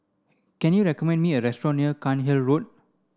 can you recommend me a restaurant near Cairnhill Road